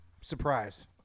Surprise